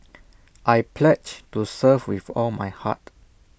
I pledge to serve with all my heart